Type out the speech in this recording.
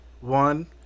one